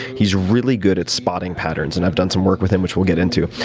he's really good at spotting patterns, and i've done some work with him, which we'll get into.